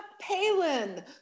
Palin